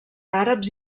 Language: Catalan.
àrabs